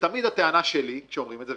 ותמיד הטענה שלי כשאומרים את זה,